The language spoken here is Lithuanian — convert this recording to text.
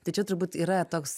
tai čia turbūt yra toks